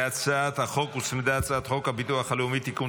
להצעת החוק הוצמדה הצעת חוק הביטוח הלאומי (תיקון,